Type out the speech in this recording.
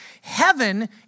Heaven